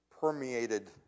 permeated